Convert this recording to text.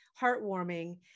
heartwarming